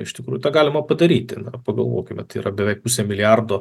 iš tikrųjų tą galima padaryti na pagalvokime tai yra beveik pusę milijardo